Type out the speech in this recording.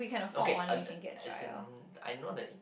okay a li~ as in I know that